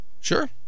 Sure